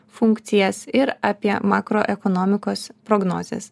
funkcijas ir apie makroekonomikos prognozes